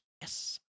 yes